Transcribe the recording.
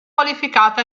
qualificate